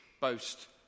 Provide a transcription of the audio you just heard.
boast